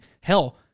hell